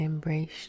Embrace